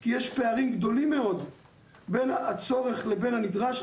כי יש פערים גדולים מאוד בין הצורך לבין הנדרש.